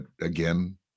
again